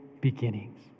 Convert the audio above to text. beginnings